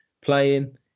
playing